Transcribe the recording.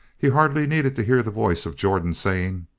he hardly needed to hear the voice of jordan saying